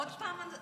עוד פעם?